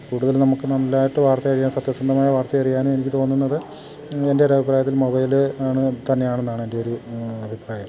കൂടുതലും നമുക്ക് നല്ലതായിട്ട് വാർത്ത അറിയാൻ സത്യസന്ധമായ വാർത്ത അറിയാനും എനിക്ക് തോന്നുന്നത് എൻ്റെ ഒരഭിപ്രായത്തിൽ മൊബൈൽ ആണ് തന്നെയാണെന്നാണ് എൻ്റെ ഒര് അഭിപ്രായം